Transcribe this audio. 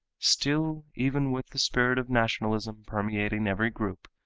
still even with the spirit of nationalism permeating every group,